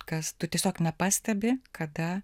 kas tu tiesiog nepastebi kada